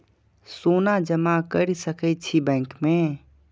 सोना जमा कर सके छी बैंक में?